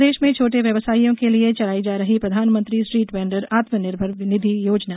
प्रदेश में छोटे व्यवसायियों के लिए चलाई जा रही प्रधानमंत्री स्ट्रीट वेंडर्स आत्मनिर्भर निधि योजना